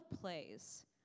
plays